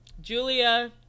Julia